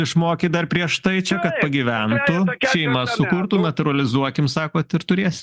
išmokyt dar prieš tai čia kad pagyventų seimas sukurtų natūralizuokim sakot ir turėsim